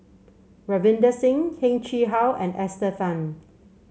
Ravinder Singh Heng Chee How and Esther Fun